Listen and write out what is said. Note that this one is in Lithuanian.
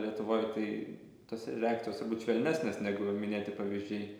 lietuvoj tai tos reakcijos turbūt švelnesnės negu minėti pavyzdžiai